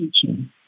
teaching